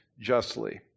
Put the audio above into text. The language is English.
justly